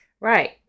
Right